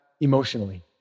emotionally